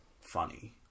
funny